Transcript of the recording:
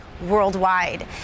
worldwide